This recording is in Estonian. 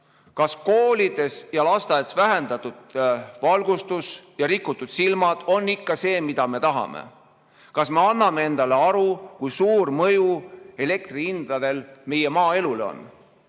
kas koolides ja lasteaedades vähendatud valgustus ja rikutud silmad on ikka see, mida me tahame? Kas me anname endale aru, kui suur mõju elektrihindadel meie maaelule on?